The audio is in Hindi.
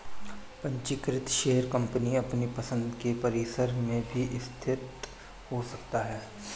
पंजीकृत शेयर कंपनी अपनी पसंद के परिसर में भी स्थित हो सकता है